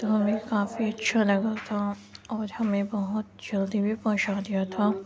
تو ہمیں کافی اچھا لگا تھا اور ہمیں بہت جلدی بھی پہنچا دیا تھا